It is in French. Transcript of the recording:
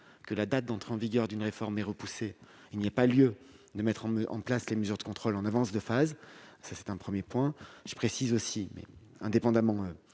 que la date d'entrée en vigueur d'une réforme est repoussée, il n'y a pas lieu de mettre en place les mesures de contrôle en avance de phase. J'indique, par ailleurs, indépendamment